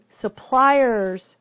supplier's